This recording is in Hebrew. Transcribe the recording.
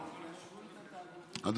נא להקשיב.